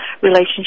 relationship